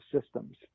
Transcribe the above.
systems